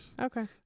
Okay